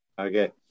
Okay